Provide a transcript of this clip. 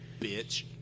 bitch